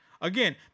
Again